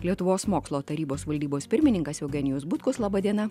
lietuvos mokslo tarybos valdybos pirmininkas eugenijus butkus laba diena